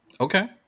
Okay